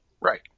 Right